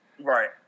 Right